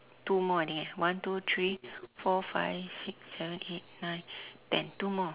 two more I think eh one two three four five six seven eight nine ten two more